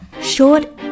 Short